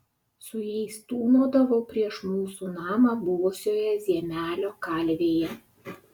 su jais tūnodavau prieš mūsų namą buvusioje ziemelio kalvėje